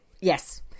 yes